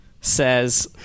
says